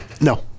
No